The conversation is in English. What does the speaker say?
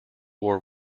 war